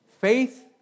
Faith